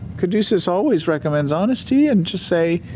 caduceus always recommends honesty. and just say,